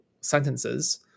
sentences